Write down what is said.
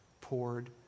poured